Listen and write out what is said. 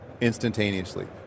instantaneously